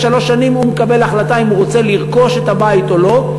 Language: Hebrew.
שלוש שנים הוא מחליט אם הוא רוצה לרכוש את הבית או לא.